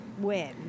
win